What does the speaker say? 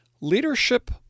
Leadership